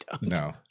No